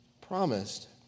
promised